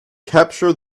capture